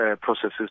processes